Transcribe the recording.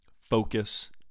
focus